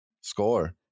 score